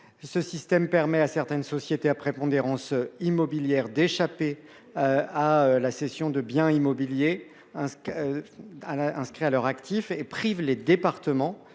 le système des permet à certaines sociétés à prépondérance immobilière d’échapper à la cession de biens immobiliers inscrits à leur actif, privant les communes